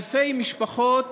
אלפי משפחות